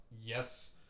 Yes